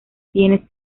tienes